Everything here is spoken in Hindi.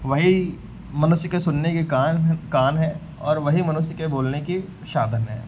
वही मनुष्य के सुनने के कान हैं कान हैं और वहीं मनुष्य के बोलने के साधन हैं